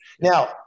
Now